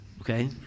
okay